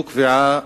זו קביעה